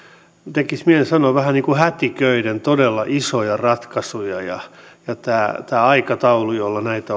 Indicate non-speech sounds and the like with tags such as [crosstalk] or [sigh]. tekisi mieli sanoa vähän niin kuin hätiköiden todella isoja ratkaisuja tämä tämä aikataulu jolla näitä [unintelligible]